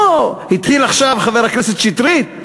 התחיל עכשיו חבר הכנסת שטרית,